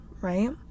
right